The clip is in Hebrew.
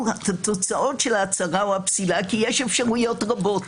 התוצאות של ההצהרה או הפסילה כי יש אפשרויות רבות.